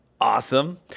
awesome